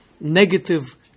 negative